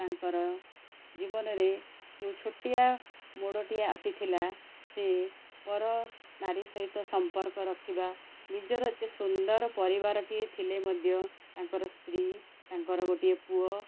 ତାଙ୍କର ଜୀବନରେ ଯେଉଁ ଛୋଟିଆ ମୋଡ଼ଟିଏ ସେ ଆସିଥିଲା ସିଏ ପର ନାରୀ ସହିତ ସମ୍ପର୍କ ରଖିବା ନିଜର ଏତେ ସୁନ୍ଦର ପରିବାରଟିଏ ଥିଲେ ମଧ୍ୟ ତାଙ୍କର ସ୍ତ୍ରୀ ତାଙ୍କର ଗୋଟିଏ ପୁଅ